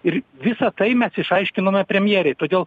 ir visą tai mes išaiškinome premjerei todėl